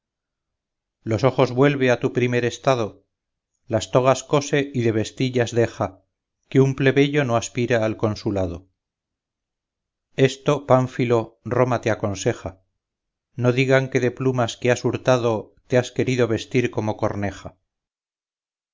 los ojos vuelve a tu primer estado las togas cose y de vestillas deja que un plebeyo no aspira al consulado esto pánfilo roma te aconseja no digan que de plumas que has hurtado te has querido vestir como corneja